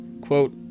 quote